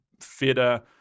fitter